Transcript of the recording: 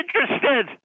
interested